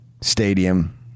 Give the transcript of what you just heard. stadium